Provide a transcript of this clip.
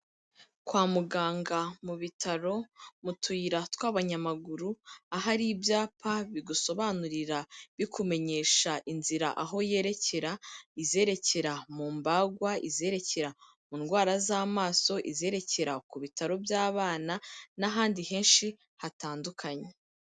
Kwa muganga mu bitaro mu tuyira tw'abanyamaguru ahari ibyapa bigusobanurira bikumenyesha inzira aho yerekera, izerekera mu mbagwa, izererekera mu ndwara z'amaso, izerekera ku bitaro by'abana n'ahandi henshi hatandukanye.